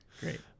great